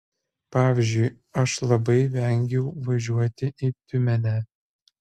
pavyzdžiui aš labai vengiau važiuoti į tiumenę